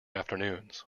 afternoons